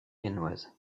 viennoise